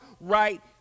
right